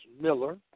Miller